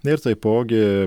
ir taipogi